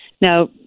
Now